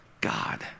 God